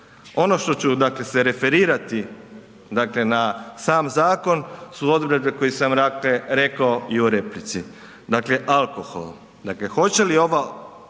Ono što ću se referirati na sam zakon su odredbe koje sam rekao i u replici. Dakle, alkohol. Hoće li ova,